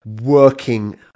working